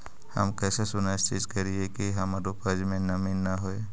हम कैसे सुनिश्चित करिअई कि हमर उपज में नमी न होय?